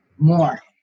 more